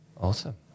Awesome